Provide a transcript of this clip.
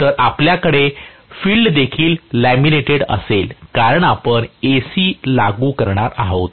तर आपल्याकडे फील्ड देखील लॅमिनेटेड असेल कारण आपण AC लागू करत आहात